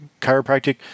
Chiropractic